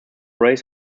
raise